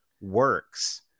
works